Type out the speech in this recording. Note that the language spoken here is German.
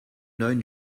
neuen